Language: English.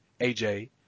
AJ